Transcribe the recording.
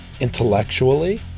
Intellectually